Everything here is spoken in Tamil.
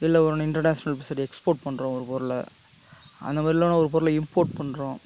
இல்லை ஒன்று இன்டர்நேஷ்னல் எக்ஸ்போர்ட் பண்ணுறோம் ஒரு பொருளை அந்தமாரி இல்லைன்னா ஒரு பொருளை இம்போர்ட் பண்ணுறோம்